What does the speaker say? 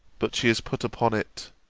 but she is put upon it,